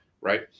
Right